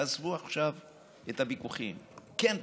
תעזבו עכשיו את הוויכוחים, כן בחירות,